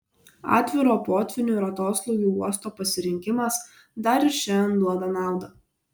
atviro potvynių ir atoslūgių uosto pasirinkimas dar ir šiandien duoda naudą